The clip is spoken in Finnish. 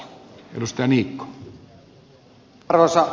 arvoisa puhemies